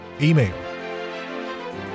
email